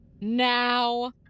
now